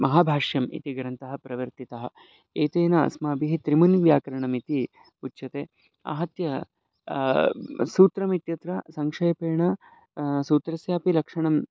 महाभाष्यम् इति ग्रन्थः प्रवर्तितः एतेन अस्माभिः त्रिमुनिव्याकरणम् इति उच्यते आहत्य सूत्रम् इत्यत्र संक्षेपेण सूत्रस्यापि लक्षणम्